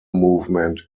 movement